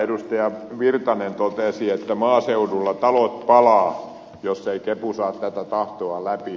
erkki virtanen totesi että maaseudulla talot palavat jos ei kepu saa tätä tahtoa läpi